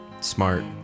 smart